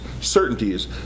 certainties